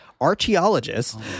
archaeologists